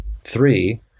three